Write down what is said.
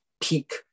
peak